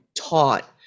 taught